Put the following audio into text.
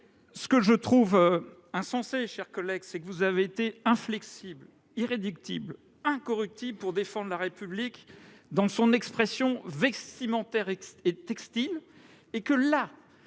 ainsi. Je trouve insensé, mes chers collègues, que vous ayez été inflexibles, irréductibles, incorruptibles, pour défendre la République dans son expression vestimentaire et textile et